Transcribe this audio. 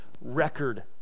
record